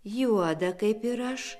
juodą ir aš